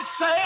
say